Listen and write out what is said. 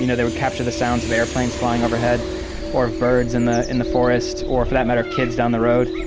you know they would capture the sounds of airplanes flying overhead or birds in the in the forest or, for that matter, kids down the road.